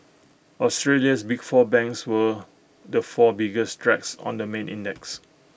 Australia's big four banks were the four biggest drags on the main index